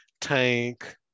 Tank